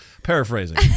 paraphrasing